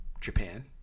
Japan